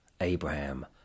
Abraham